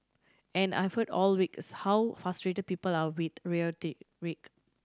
all I heard all week is how frustrate people are with rhetoric